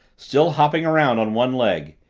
still hopping around on one leg.